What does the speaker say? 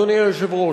אדוני היושב-ראש,